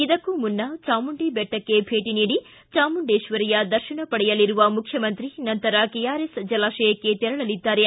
ಇದಕ್ಕೂ ಮುನ್ನ ಚಾಮುಂಡಿ ಬೆಟ್ಟಕ್ಕೆ ಭೇಟ ನೀಡಿ ಚಾಮುಂಡೇಶ್ವರಿಯ ದರ್ಶನ ಪಡೆಯಲಿರುವ ಮುಖ್ಯಮಂತ್ರಿ ನಂತರ ಕೆಆರ್ಎಸ್ ಜಲಾಶಯಕ್ಷೆ ತೆರಳಲಿದ್ದಾರೆ